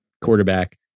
quarterback